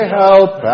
help